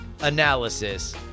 analysis